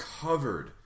covered